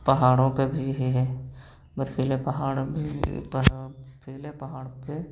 पहाड़ों पे भी यही है बर्फीले पहाड़ ज पहाड़ पहले पहाड़ पे